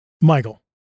Michael